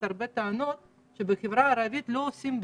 הרבה טענות שבחברה הערבית לא עושים בדיקות.